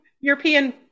European